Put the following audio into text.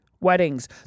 weddings